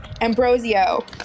Ambrosio